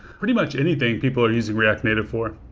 pretty much anything people are using react native for.